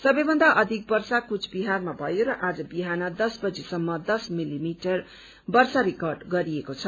सबैभन्दा अधिक वर्षा कुचबिहारमा भयो र आज बिहान दश बजीसम्म दश मिलीमिटर वर्षा रिकर्ड गरिएको छ